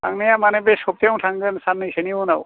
थांनाया माने बे सब्थायावनो थांगोन साननैसोनि उनाव